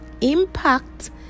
impact